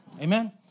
Amen